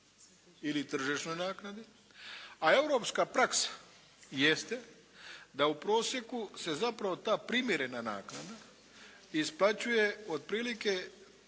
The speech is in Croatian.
ili tržišnoj naknadi, a europska praksa jeste da u prosjeku se zapravo ta primjerena naknada isplaćuje otprilike